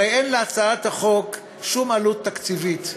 הרי אין להצעת החוק הזו עלות תקציבית,